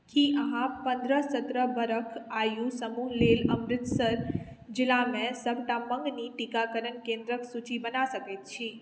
की अहाँ पन्द्रह सत्रह बरख आयु समूह लेल अमृतसर जिलामे सभटा मङ्गनी टीकाकरण केन्द्रक सूची बना सकैत छी